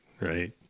right